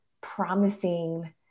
promising